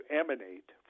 emanate